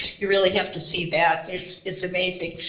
you really have to see that it's it's amazing.